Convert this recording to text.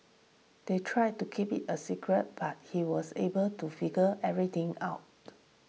they tried to keep it a secret but he was able to figure everything out